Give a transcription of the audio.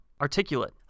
articulate